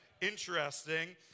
Interesting